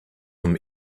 him